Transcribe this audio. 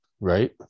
Right